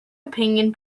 opinion